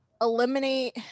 eliminate